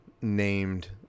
named